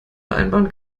vereinbaren